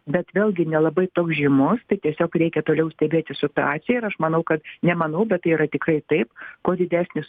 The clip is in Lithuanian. bet vėlgi nelabai toks žymus tai tiesiog reikia toliau stebėti situaciją ir aš manau kad nemanau bet tai yra tikrai taip kuo didesnis